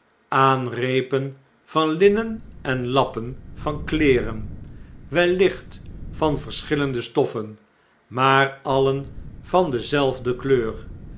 aan reepen van linnen en lappen van kleeren wellicht van verschillende stoffen maar alien van dezelfde kleur